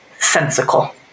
sensical